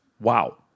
Wow